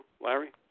Larry